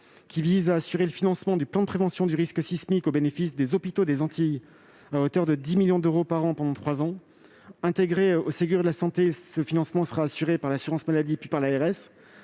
qui vise à assurer le financement du plan de prévention du risque sismique au bénéfice des hôpitaux des Antilles, à hauteur de 10 millions d'euros par an pendant trois ans. Intégré au Ségur de la santé, ce financement sera assuré par l'assurance maladie, puis par l'agence